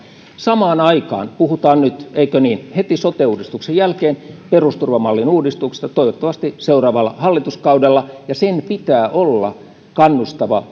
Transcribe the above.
samaan aikaan puhutaan nyt eikö niin heti sote uudistuksen jälkeen perusturvamallin uudistuksesta toivottavasti seuraavalla hallituskaudella ja sen pitää olla kannustava